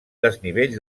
desnivell